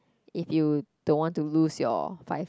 if you don't want to lose your five